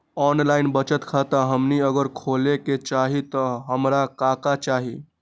Online बचत खाता हमनी अगर खोले के चाहि त हमरा का का चाहि?